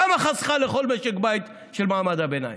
כמה היא חסכה לכל משק בית של מעמד הביניים?